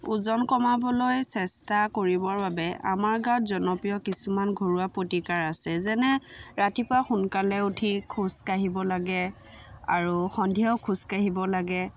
ওজন কমাবলৈ চেষ্টা কৰিবৰ বাবে আমাৰ গাঁৱত জনপ্ৰিয় কিছুমান ঘৰুৱা প্ৰতিকাৰ আছে যেনে ৰাতিপুৱা সোনকালে উঠি খোজকাঢ়িব লাগে আৰু সন্ধিয়াও খোজকাঢ়িব লাগে